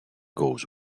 goes